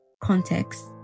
context